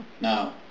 No